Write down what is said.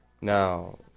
Now